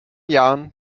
jahren